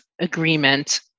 agreement